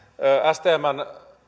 stmn